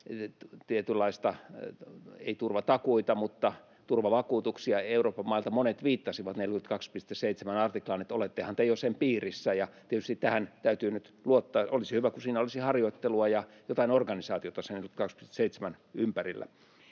turvatakuita, mutta turvavakuutuksia Euroopan mailta — monet viittasivat 42.7-artiklaan, että olettehan te jo sen piirissä, ja tietysti tähän täytyy nyt luottaa. Olisi hyvä, kun sen 42.7:n ympärillä olisi harjoittelua ja jotain organisaatiota.